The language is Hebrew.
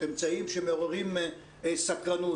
אמצעים שמעוררים סקרנות,